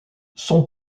son